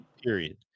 Period